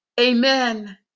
Amen